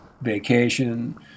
vacation